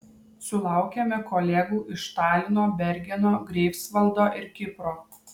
sulaukėme kolegų iš talino bergeno greifsvaldo ir kipro